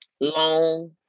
long